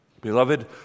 Beloved